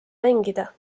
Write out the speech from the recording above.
mängida